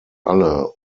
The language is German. alle